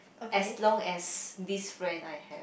as long as this friend I have